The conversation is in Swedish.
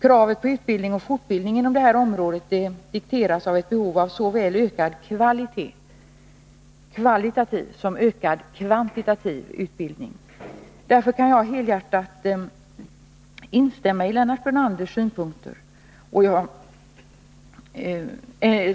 Kravet på utbildning och fortbildning inom det här området dikteras av ett behov av såväl ökad kvalitativ som ökad kvantitativ utbildning. Därför kan jag helhjärtat instämma i Lennart Brunanders synpunkter.